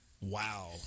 Wow